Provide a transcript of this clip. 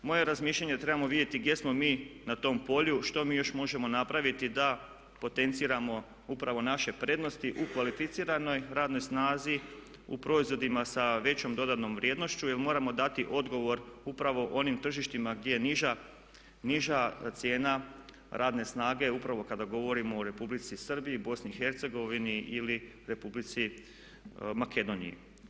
Moje razmišljanje je da trebamo vidjeti gdje smo mi na tom polju, što mi još možemo napraviti da potenciramo upravo naše prednosti u kvalificiranoj radnoj snazi, u proizvodima sa većom dodanom vrijednošću jer moramo dati odgovor upravo onim tržištima gdje je niža cijena radne snage upravo kada govorimo o Republici Srbiji, Bosni i Hercegovini ili Republici Makedoniji.